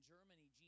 Germany